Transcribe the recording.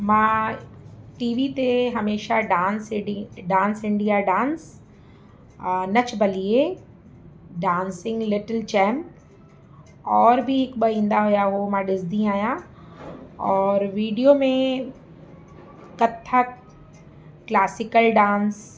मां T V ते हमेशह डांस एडी dance India dance Nach Baliye dancing little champ और बि हिकु ॿ ईंदा हुया उहो मां ॾिसंदी आहियां और वीडियो में कथक क्लासिकल डांस